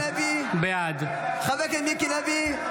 בעד חבר הכנסת מיקי לוי,